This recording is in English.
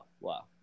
wow